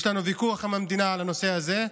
יש לנו ויכוח עם המדינה בנושא הזה,